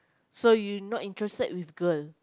so you not interested with girl